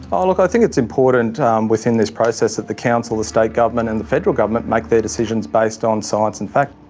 oh look i think it's important um within this process that the council, the state government and the federal government make their decisions based on science and fact.